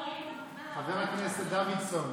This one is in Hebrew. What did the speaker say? חבר הכנסת דוידסון,